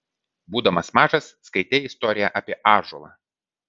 būdamas mažas skaitei istoriją apie ąžuolą